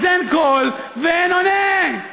אז אין קול ואין עונה.